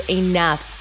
enough